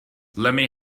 lemme